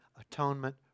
atonement